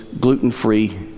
gluten-free